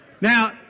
Now